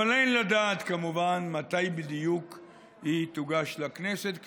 אבל אין לדעת כמובן מתי בדיוק היא תוגש לכנסת.